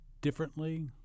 differently